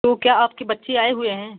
तो क्या आपके बच्चे आए हुए हैं